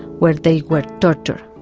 where they were tortured.